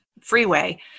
freeway